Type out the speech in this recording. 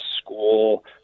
school